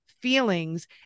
feelings